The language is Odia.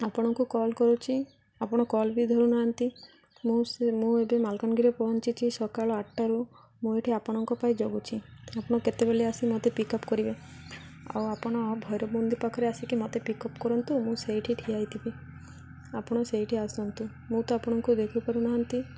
ଆପଣଙ୍କୁ କଲ୍ କରୁଛି ଆପଣ କଲ୍ ବି ଧରୁନାହାନ୍ତି ମୁଁ ମୁଁ ଏବେ ମାଲକାନଗିରେ ପହଞ୍ଚିଛି ସକାଳୁ ଆଠଟାରୁ ମୁଁ ଏଠି ଆପଣଙ୍କ ପାଇଁ ଜଗୁଛି ଆପଣ କେତେବେଳେ ଆସି ମୋତେ ପିକ୍ ଅପ୍ କରିବେ ଆଉ ଆପଣ ଭୈରବୁନ୍ଦି ପାଖରେ ଆସିକି ମୋତେ ପିକ୍ ଅପ୍ କରନ୍ତୁ ମୁଁ ସେଇଠି ଠିଆ ହେଇଥିବି ଆପଣ ସେଇଠି ଆସନ୍ତୁ ମୁଁ ତ ଆପଣଙ୍କୁ ଦେଖିପାରୁନାହାନ୍ତି